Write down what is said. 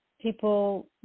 people